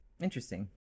Interesting